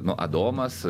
nu adomas